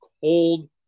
cold